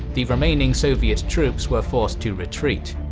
the remaining soviet troops were forced to retreat.